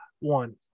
One